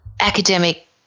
academic